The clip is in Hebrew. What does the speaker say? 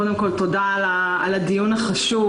קודם כול, תודה על הדיון החשוב.